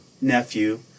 nephew